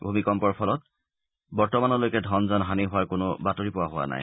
ভূঁইকঁপৰ ফলত বৰ্তমানলৈকে ধন জন হানি হোৱাৰ কোনো বাতৰি পোৱা হোৱা নাই